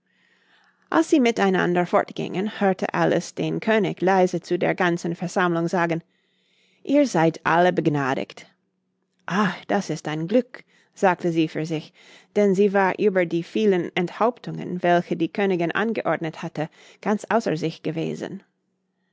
als sie mit einander fortgingen hörte alice den könig leise zu der ganzen versammlung sagen ihr seid alle begnadigt ach das ist ein glück sagte sie für sich denn sie war über die vielen enthauptungen welche die königin angeordnet hatte ganz außer sich gewesen